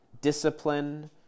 discipline